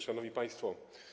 Szanowni Państwo!